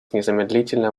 незамедлительно